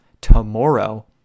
tomorrow